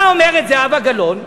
מה אומרת זהבה גלאון?